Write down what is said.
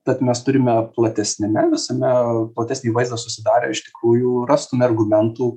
tad mes turime platesniame visame platesnį vaizdą susidarę iš tikrųjų rastume argumentų